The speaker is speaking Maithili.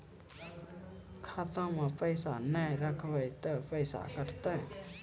खाता मे पैसा ने रखब ते पैसों कटते?